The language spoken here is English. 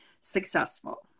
successful